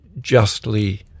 justly